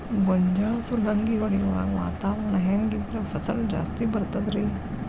ಗೋಂಜಾಳ ಸುಲಂಗಿ ಹೊಡೆಯುವಾಗ ವಾತಾವರಣ ಹೆಂಗ್ ಇದ್ದರ ಫಸಲು ಜಾಸ್ತಿ ಬರತದ ರಿ?